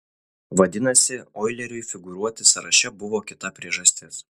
vadinasi oileriui figūruoti sąraše buvo kita priežastis